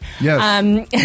Yes